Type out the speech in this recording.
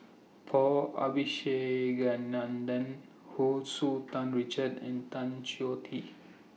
Paul Abisheganaden Hu Tsu Tan Richard and Tan Choh Tee